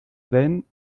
ven